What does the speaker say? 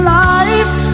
life